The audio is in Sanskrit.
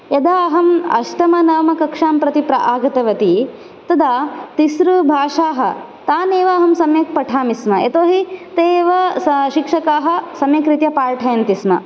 यदा अहम् अष्टमनवमकक्षां प्रति प्र आगतवती तदा तिसृ भाषाः तानेव अहं सम्यक् पठामि स्म यतोहि ते एव शिक्षकाः सम्यक् रीत्या पाठयन्ति स्म